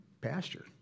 pasture